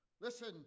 Listen